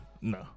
No